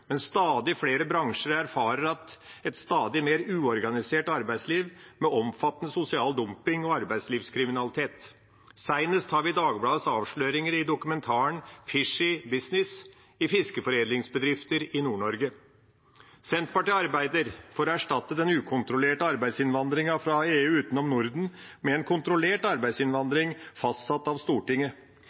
men stadig flere bransjer erfarer et stadig mer uorganisert arbeidsliv med omfattende sosial dumping og arbeidslivskriminalitet. Senest har vi Dagbladets avsløringer i dokumentaren «Fishy Business» om fiskeforedlingsbedrifter i Nord-Norge. Senterpartiet arbeider for å erstatte den ukontrollerte arbeidsinnvandringen fra EU utenom Norden med en kontrollert arbeidsinnvandring fastsatt av Stortinget.